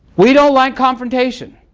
we don't like confrontation.